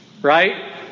Right